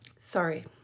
Sorry